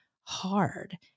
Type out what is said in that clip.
hard